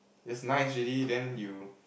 just nice already then you